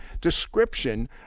description